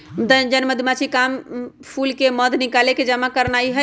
जन मधूमाछिके काम फूल से मध निकाल जमा करनाए हइ